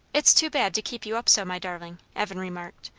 it's too bad to keep you up so, my darling! evan remarked.